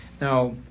Now